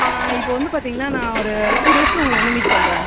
ஆ இப்போ வந்து பார்த்தீங்கன்னா நான் ஒரு டூ டேஸில் உங்களை வந்து மீட் பண்ணுறேன்